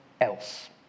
else